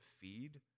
feed